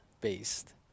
based